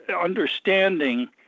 understanding